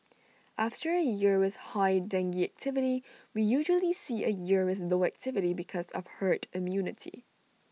after A year with high dengue activity we usually see A year with low activity because of herd immunity